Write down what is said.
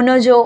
उन जो